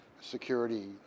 security